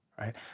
right